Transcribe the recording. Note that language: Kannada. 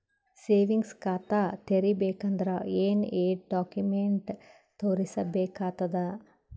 ಸೇವಿಂಗ್ಸ್ ಖಾತಾ ತೇರಿಬೇಕಂದರ ಏನ್ ಏನ್ಡಾ ಕೊಮೆಂಟ ತೋರಿಸ ಬೇಕಾತದ?